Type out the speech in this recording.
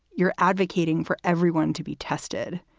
you're advocating for everyone to be tested.